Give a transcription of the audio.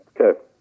Okay